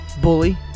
Bully